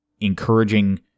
encouraging